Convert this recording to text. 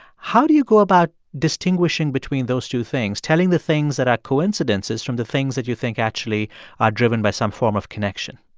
how do you go about distinguishing between those two things, telling the things that are coincidences from the things that you think actually are driven by some form of connection?